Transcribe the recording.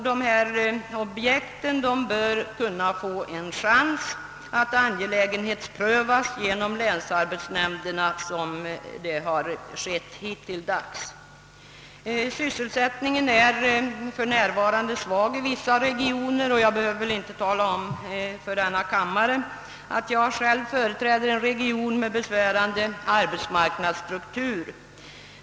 De här objekten kan få en chans att angelägenhetsprövas genom länsarbetsnämnderna, såsom det har gjorts hittilldags. Sysselsättningen är för närvarande svag i vissa regioner. Jag behöver väl inte tala om för denna kammare att jag själv företräder en region med besvärande arbetsmarknadsstruktur.